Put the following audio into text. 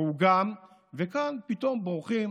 והוא גם, וכאן פתאום בורחים